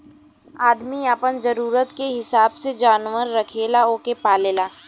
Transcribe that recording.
आदमी आपन जरूरत के हिसाब से जानवर रखेला ओके पालेला